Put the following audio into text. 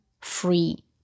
free